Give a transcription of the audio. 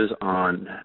on